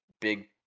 big